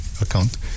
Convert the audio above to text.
account